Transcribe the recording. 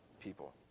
people